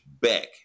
back